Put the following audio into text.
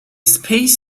space